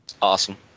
Awesome